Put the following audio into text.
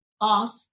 off